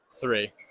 Three